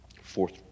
Fourth